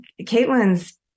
Caitlin's